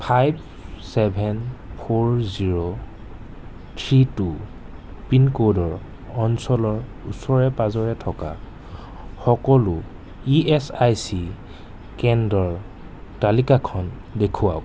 five seven four zero three two পিনক'ডৰ অঞ্চলৰ ওচৰে পাঁজৰে থকা সকলো ই এচ আই চি কেন্দ্ৰৰ তালিকাখন দেখুৱাওক